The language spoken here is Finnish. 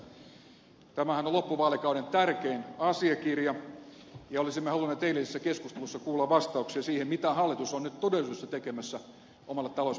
tämähän on loppuvaalikauden tärkein asiakirja ja olisimme halunneet eilisessä keskustelussa kuulla vastauksia siihen mitä hallitus on nyt todellisuudessa tekemässä omalle talouspolitiikan linjalleen